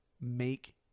make